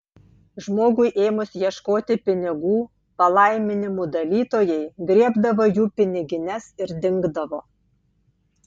žmogui ėmus ieškoti pinigų palaiminimų dalytojai griebdavo jų pinigines ir dingdavo